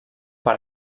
per